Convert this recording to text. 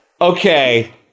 Okay